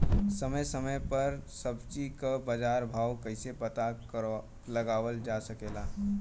समय समय समय पर सब्जी क बाजार भाव कइसे पता लगावल जा सकेला?